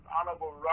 Honorable